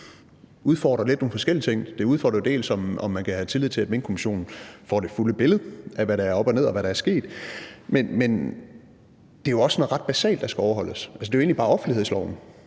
udfordrer lidt nogle forskellige ting. Det er bl.a. en udfordring, i forhold til om man kan have tillid til, at Minkkommissionen får det fulde billede af, hvad der er op og ned, og hvad der er sket. Men det er jo også noget så basalt, der skal overholdes. Altså, det er jo egentlig bare offentlighedsloven,